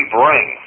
bring